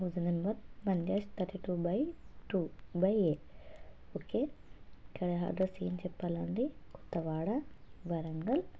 house number one dash thirty two by two by A okay ఇక్కడ address ఏమి చెప్పాలండి కొత్తవాడ వరంగల్